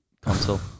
console